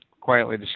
quietly